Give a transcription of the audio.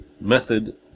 method